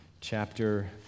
chapter